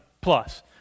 plus